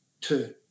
two